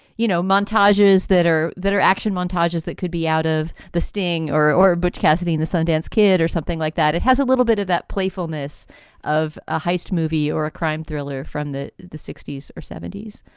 you know, montages that are that are action montages that could be out of the sting or or butch cassidy and the sundance kid or something like that. it has a little bit of that playfulness of a heist movie or a crime thriller from the the sixty s or seventy point s